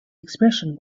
expression